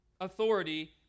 authority